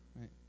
right